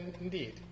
indeed